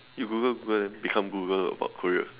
you Google Google then become Google about Korea